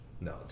No